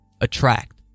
attract